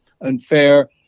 unfair